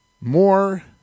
more